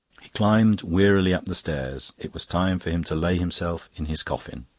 he climbed wearily up the stairs. it was time for him to lay himself in his coffin.